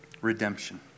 redemption